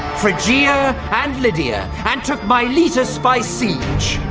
phrygia and lydia, and took miletus by siege.